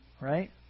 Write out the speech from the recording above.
right